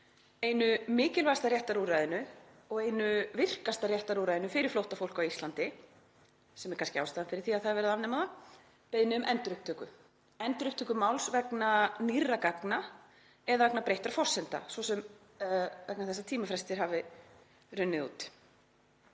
einu mikilvægasta réttarúrræðinu og einu virkasta réttarúrræðinu fyrir flóttafólk á Íslandi, sem er kannski ástæðan fyrir því að það er verið að afnema það; beiðni um endurupptöku máls vegna nýrra gagna eða vegna breyttra forsenda, svo sem vegna þess að tímafrestir hafa runnið út.